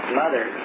mother